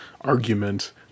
argument